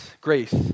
Grace